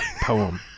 poem